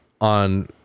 on